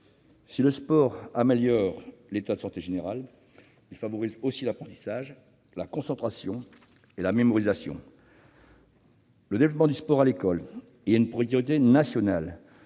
Si le sport améliore l'état de santé général, il favorise aussi l'apprentissage, la concentration et la mémorisation. Le développement du sport à l'école est une priorité nationale.